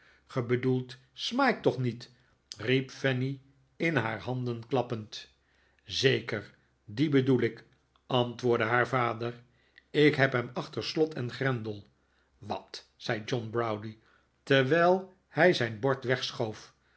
gij bedoelt smike toch niet riep fanny in haar handen klappend zeker dien bedoel ik antwoordde haar vader ik heb hem achter slot en grendel wat zei john browdie terwijl hij zijn bord